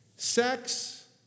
Sex